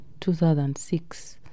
2006